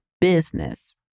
business